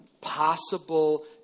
possible